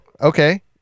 Okay